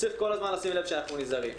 צריך כל הזמן לשים לב שאנחנו נזהרים.